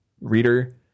reader